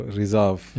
reserve